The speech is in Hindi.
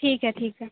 ठीक है ठीक है